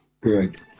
Good